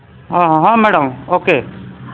ଅ ହଁ ମ୍ୟାଡମ୍ ଓ କେ